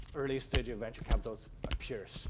early stage venture capitalists appears